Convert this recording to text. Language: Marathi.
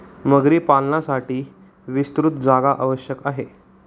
मगरी पालनासाठी विस्तृत जागा आवश्यक आहे